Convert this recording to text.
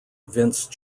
vince